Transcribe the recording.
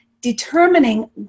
determining